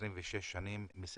בן 26 מסילוואן,